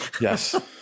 Yes